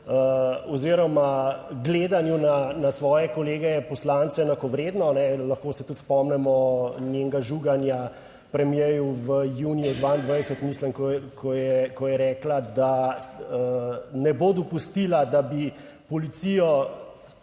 oziroma gledanju na svoje kolege poslance, enakovredno, lahko se tudi spomnimo njenega žuganja premierju v juniju 2022, mislim, ko je rekla, da ne bo dopustila, da bi policijo